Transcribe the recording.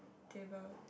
table